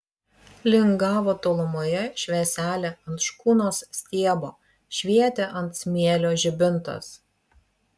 lingavo tolumoje švieselė ant škunos stiebo švietė ant smėlio žibintas